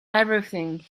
everything